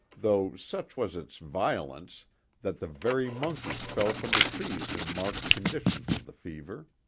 though such was its violence that the very monkeys fell from the trees in marked conditions of the fever.